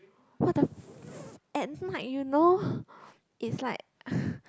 what the f~ at night you know is like